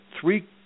three